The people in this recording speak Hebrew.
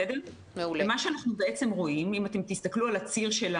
אתם רואים את הנתונים מסוף חודש יוני,